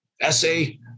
essay